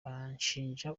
bashinja